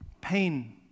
Pain